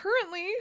currently